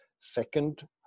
second